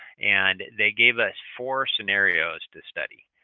and they gave us four scenarios to study.